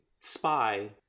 spy